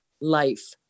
life